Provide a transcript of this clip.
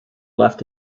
left